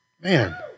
Man